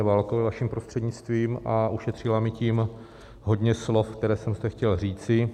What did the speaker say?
Válkové vaším prostřednictvím a ušetřila mi tím hodně slov, která jsem zde chtěl říci.